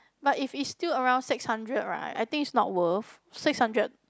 but if it's still around six hundred right I think is not worth six hundred